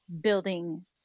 building